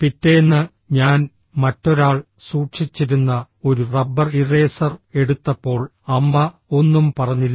പിറ്റേന്ന് ഞാൻ മറ്റൊരാൾ സൂക്ഷിച്ചിരുന്ന ഒരു റബ്ബർ ഇറേസർ എടുത്തപ്പോൾ അമ്മ ഒന്നും പറഞ്ഞില്ല